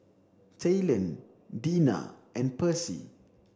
Talon Deena and Percy